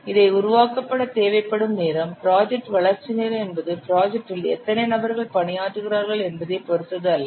இந்த உருவாக்கப்பட தேவைப்படும் நேரம் ப்ராஜெக்ட் வளர்ச்சி நேரம் என்பது ப்ராஜெக்டில் எத்தனை நபர்கள் பணியாற்றுகிறார்கள் என்பதைப் பொறுத்தது அல்ல